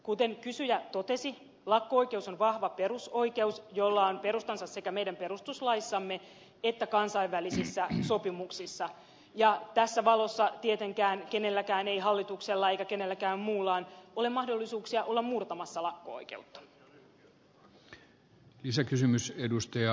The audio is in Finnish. kuten kysyjä totesi lakko oikeus on vahva perusoikeus jolla on perustansa sekä meidän perustuslaissamme että kansainvälisissä sopimuksissa ja tässä valossa tietenkään ei kenelläkään ei hallituksella eikä kenelläkään muullakaan ole mahdollisuuksia olla murtamassa lakko oikeutta